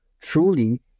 truly